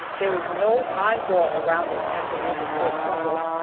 there is no high wall around it as there is at fort trumbull.